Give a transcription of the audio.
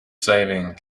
saving